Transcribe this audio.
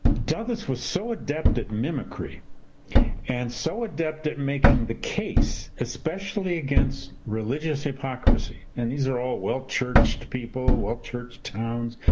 douglass was so adept at mimicry and so adept at making the case, especially against religious hypocrisy, and these are all well-churched people, well-churched towns,